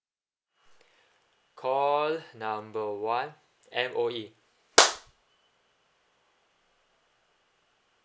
call number one M_O_E